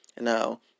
Now